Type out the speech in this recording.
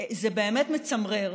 זה באמת מצמרר.